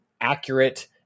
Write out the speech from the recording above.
accurate